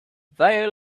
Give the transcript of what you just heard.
they